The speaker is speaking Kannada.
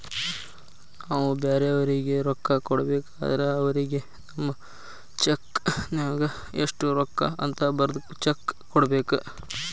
ನಾವು ಬ್ಯಾರೆಯವರಿಗೆ ರೊಕ್ಕ ಕೊಡಬೇಕಾದ್ರ ಅವರಿಗೆ ನಮ್ಮ ಚೆಕ್ ನ್ಯಾಗ ಎಷ್ಟು ರೂಕ್ಕ ಅಂತ ಬರದ್ ಚೆಕ ಕೊಡಬೇಕ